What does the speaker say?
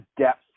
depth